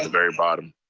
ah very bottom.